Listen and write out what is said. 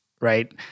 right